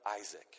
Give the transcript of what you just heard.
Isaac